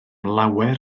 lawer